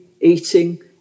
eating